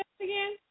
again